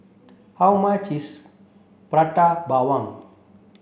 how much is prata bawang